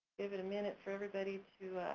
give it a minute for everybody to